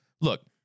look